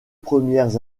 premières